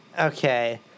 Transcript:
Okay